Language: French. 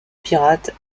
pirate